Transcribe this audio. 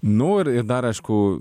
nu ir ir dar aišku